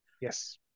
Yes